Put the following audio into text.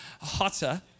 hotter